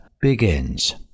begins